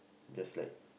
just like